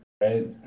right